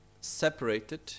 separated